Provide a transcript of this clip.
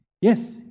Yes